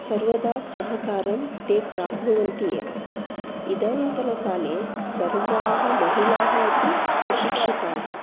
सर्वदा सहकारं ते प्राप्नुवन्ति एव इदांनींतन काले सर्वाः महिलाः अपि सुशिक्षिताः